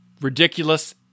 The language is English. ridiculous